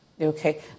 Okay